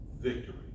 victory